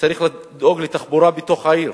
צריך לדאוג לתחבורה בתוך העיר,